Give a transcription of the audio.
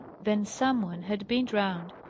then some one had been drowned!